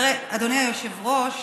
תראה, אדוני היושב-ראש,